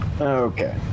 Okay